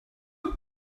hög